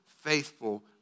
faithful